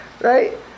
right